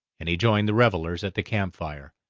and he joined the revellers at the camp fire.